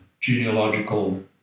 genealogical